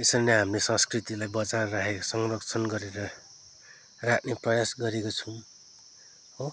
यसरी नै हामी संस्कृतिलाई बचाएर राखेका छौँ संरक्षण गरेर राख्ने प्रयास गरेको छौँ हो